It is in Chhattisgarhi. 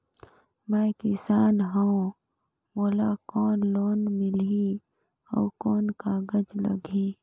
मैं किसान हव मोला कौन लोन मिलही? अउ कौन कागज लगही?